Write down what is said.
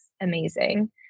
amazing